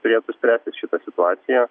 turėtų išspręsti šitą situaciją